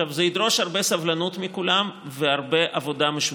זה ידרוש הרבה סבלנות מכולם והרבה עבודה משותפת.